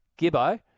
Gibbo